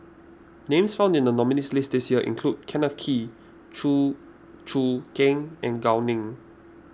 names found in the nominees' list this year include Kenneth Kee Chew Choo Keng and Gao Ning